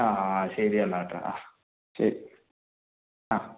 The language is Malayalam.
ആ ആ ശരിയെന്നാൽ ഏട്ടാ ആ ശരി ആ